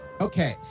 Okay